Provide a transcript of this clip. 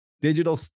digital